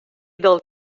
del